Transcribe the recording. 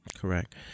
Correct